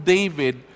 David